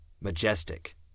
majestic